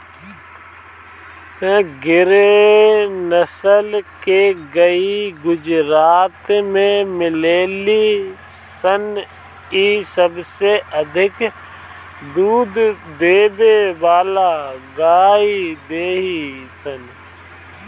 गिर नसल के गाई गुजरात में मिलेली सन इ सबसे अधिक दूध देवे वाला गाई हई सन